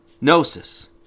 gnosis